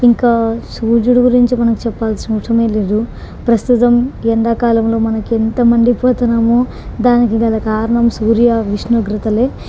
ఇంకా సూర్యుడు గురించి మనం చెప్పాల్సిన అవసరమే లేదు ప్రస్తుతం ఎండాకాలంలో మనకు ఎంత మండిపోతున్నామో దానికి గల కారణం సూర్య ఉష్ణోగ్రతలే